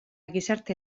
gizarte